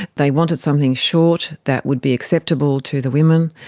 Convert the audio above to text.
they wanted something short that would be acceptable to the women,